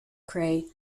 cray